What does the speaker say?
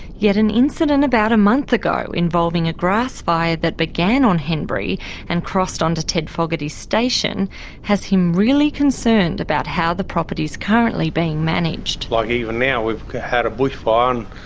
yet an incident about a month ago involving a grassfire that began on henbury and crossed onto ted fogarty's station has him really concerned about how the property's currently being managed. like even now, we've had a bushfire and